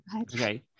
okay